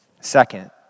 Second